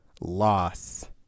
loss